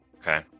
Okay